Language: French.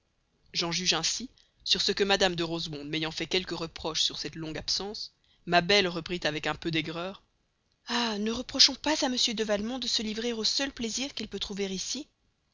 j'en juge ainsi sur ce que mme de rosemonde m'ayant fait quelques reproches sur cette longue absence ma belle reprit avec un peu d'aigreur ah ne reprochons pas à m de valmont de se livrer au seul plaisir qu'il peut trouver ici